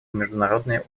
международные